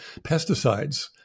pesticides